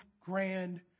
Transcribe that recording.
grand